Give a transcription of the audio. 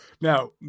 now